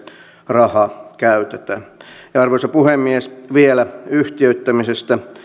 raha käytetään arvoisa puhemies vielä yhtiöittämisestä